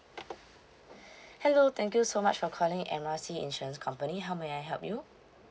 hello thank you so much for calling M R C insurance company how may I help you